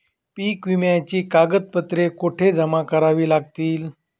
पीक विम्याची कागदपत्रे कुठे जमा करावी लागतील?